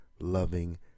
loving